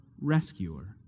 rescuer